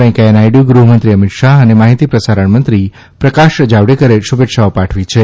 વેકૈંચા નાયડુ ગૃહમંત્રી અમિત શાહ અને માહિતી અને પ્રસારણ મંત્રી પ્રકાશ જાવડેકરે શુભેચ્છાઓ પાઠવી છે